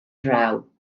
draw